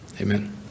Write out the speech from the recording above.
Amen